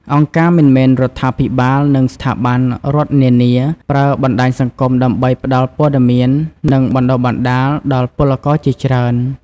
អង្គការមិនមែនរដ្ឋាភិបាល និងស្ថាប័នរដ្ឋនានា ប្រើបណ្តាញសង្គមដើម្បីផ្តល់ព័ត៌មាន និងបណ្តុះបណ្តាលដល់ពលករជាច្រើន។